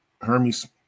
Hermes